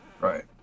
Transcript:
right